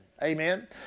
Amen